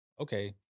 okay